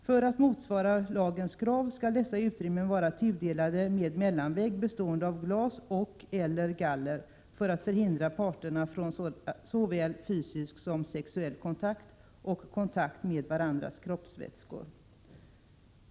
För att motsvara lagens krav skall dessa utrymmen vara tudelade med en mellanvägg bestående av glas och/eller galler för att förhindra parterna från såväl fysisk som sexuell kontakt och kontakt med varandras kroppsvätskor.